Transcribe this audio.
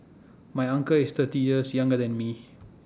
my uncle is thirty years younger than me